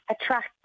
attract